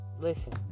listen